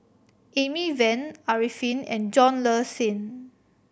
Amy Van Arifin and John Le Cain